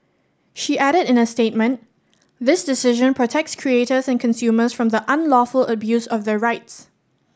she added in a statement this decision protects creators and consumers from the unlawful abuse of their rights